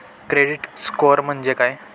Credit score म्हणजे काय?